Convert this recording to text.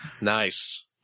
Nice